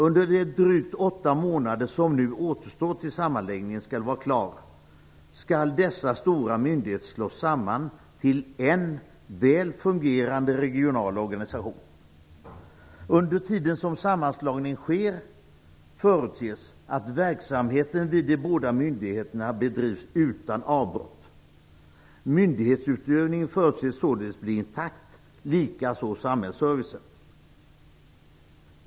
Under de drygt åtta månader som nu återstår till dess sammanläggningen skall vara klar, skall dessa stora myndigheter slås samman till en väl fungerande regional organisation. Under tiden som sammanslagningen sker förutses att verksamheten vid de båda myndigheterna bedrivs utan avbrott. Myndighetsutövningen förutses således bli intakt, likaså samhällsservicen.